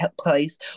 place